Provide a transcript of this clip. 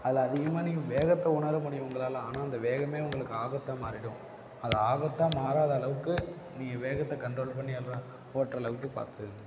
அதில் அதிகமாக நீங்கள் வேகத்தை உணரமுடியும் உங்களால் ஆனால் அந்த வேகமே உங்களுக்கு ஆபத்தாக மாறிவிடும் அது ஆபத்தாக மாறாத அளவுக்கு நீங்கள் வேகத்தை கண்ட்ரோல் பண்ணி ஓட்டுற அளவுக்கு பார்த்துக்கங்க